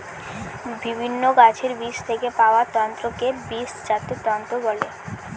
বিভিন্ন গাছের বীজ থেকে পাওয়া তন্তুকে বীজজাত তন্তু বলে